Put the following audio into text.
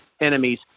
enemies